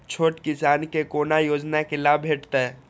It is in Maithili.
छोट किसान के कोना योजना के लाभ भेटते?